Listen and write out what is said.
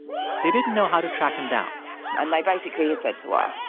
they didn't know how to track him down and they basically had said to ah